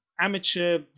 amateur